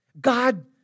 God